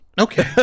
Okay